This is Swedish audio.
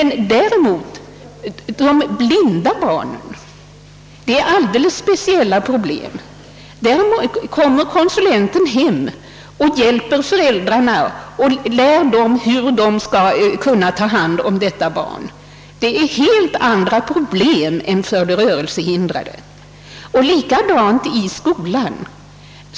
När det gäller blinda barn föreligger alldeles speciella problem. Konsulenten kommer hem till familjen och lär föräldrarna hur de skall ta hand om ett sådant barn. Dessa föräldrar har helt andra problem än föräldrarna till rörelsehindrade barn. Likadant är det i skolan.